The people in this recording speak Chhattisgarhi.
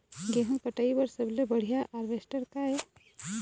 गेहूं कटाई बर सबले बढ़िया हारवेस्टर का ये?